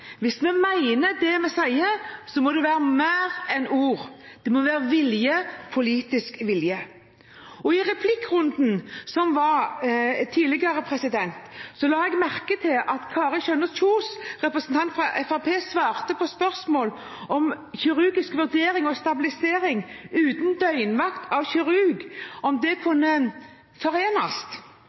Hvis vi mener det vi sier, må det være mer enn ord. Det må være vilje – politisk vilje. I replikkordskiftet tidligere i dag la jeg merke til at Fremskrittsparti-representanten Kari Kjønaas Kjos svarte på spørsmål om hvorvidt kirurgisk vurdering og stabilisering uten døgnvakt av kirurg kunne forenes. Da hadde representanten fått opplysninger om at det kunne